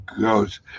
goes